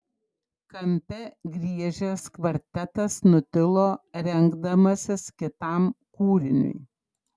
kampe griežęs kvartetas nutilo rengdamasis kitam kūriniui